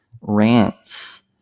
Rants